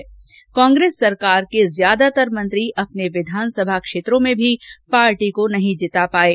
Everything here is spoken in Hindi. वहीं कांग्रेस सरकार के ज्यादतर मंत्री अपने विधानसभा क्षेत्रों में भी पार्टी को नहीं जिता पाये